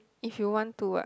if you want to ah